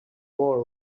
more